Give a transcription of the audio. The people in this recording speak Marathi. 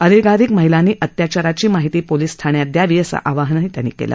अधिकाधिक महिलांनी अत्याचाराची माहिती पोलीस ठाण्यात दयावी असं आवाहन त्यांनी केलं